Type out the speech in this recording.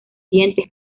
dientes